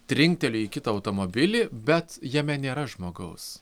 trinkteliu į kitą automobilį bet jame nėra žmogaus